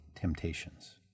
temptations